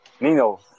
Nino